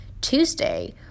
Tuesday